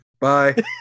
bye